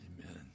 Amen